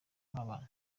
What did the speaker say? nk’abana